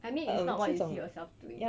I mean it's not what you see yourself doing